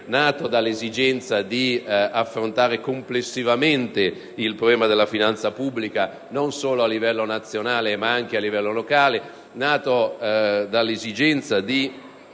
nato dall'esigenza di affrontare complessivamente il problema della finanza pubblica non solo a livello nazionale, ma anche a livello locale e di